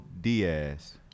Diaz